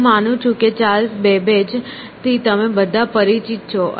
હું માનું છું કે ચાર્લ્સ બેબેજ થી તમે બધા પરિચિત છો